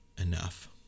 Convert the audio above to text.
enough